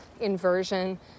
inversion